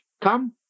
come